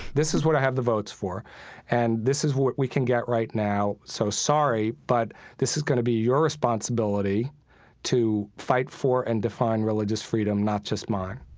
this is what i have the votes for and this is what we can get right now. so sorry, but this is going to be your responsibility to fight for and define religious freedom, not just mine